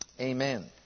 Amen